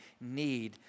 need